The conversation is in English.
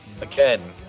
Again